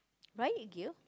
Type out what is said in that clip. riot gear